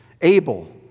Abel